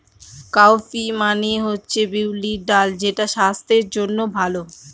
cowpea মানে হচ্ছে বিউলির ডাল যেটা স্বাস্থ্যের জন্য ভালো